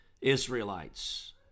Israelites